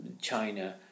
China